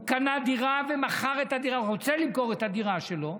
הוא קנה דירה ורוצה למכור את הדירה שלו,